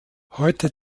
heute